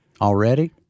Already